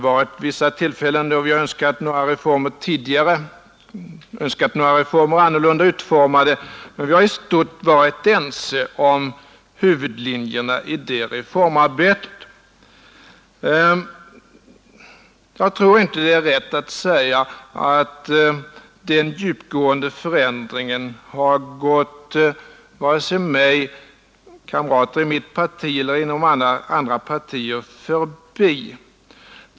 Vid några tillfällen har vi för vår del önskat reformer vidtagna tidigare eller annorlunda utformade, men i övrigt har det rått enighet. Jag tycker inte det är rätt att säga att den djupgående förändringen av svensk sjukvård har gått vare sig mig, kamrater i mitt parti eller inom andra partier förbi.